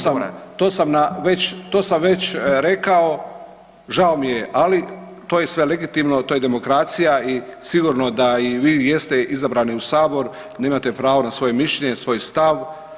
Slažem se, to sam već rekao žao mi je ali to je sve legitimno, to je demokracija i sigurno da i vi jeste izabrani u Sabor, nemate pravo na svoje mišljenje, svoj stav.